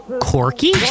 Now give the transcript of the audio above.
Corky